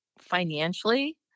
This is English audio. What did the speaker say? financially